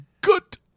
Good